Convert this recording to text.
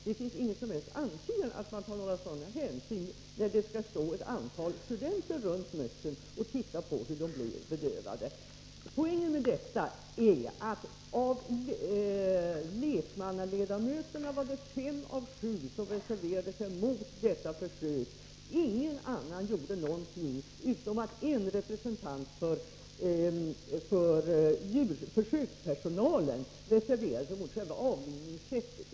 Det finns ingen som helst antydan om att man tar några sådana hänsyn när det står ett antal studenter runt mössen och tittar på hur dessa blir bedövade. Poängen med detta är att av lekmannaledamöterna var det fem av sju som reserverade sig mot detta försök. Ingen annan gjorde någonting, utom en representant för försökspersonalen, som reserverade sig mot själva avlivningssättet.